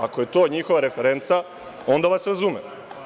Ako je to njihova referenca, onda vas razumem.